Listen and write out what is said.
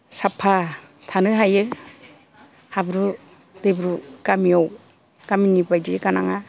साबफा थानो हायो हाब्रु दैब्रु गामियाव गामिनि बायदि गानाङा